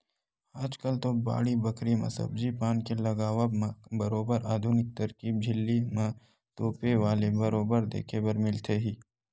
आजकल तो बाड़ी बखरी म सब्जी पान के लगावब म बरोबर आधुनिक तरकीब झिल्ली म तोपे वाले बरोबर देखे बर मिलथे ही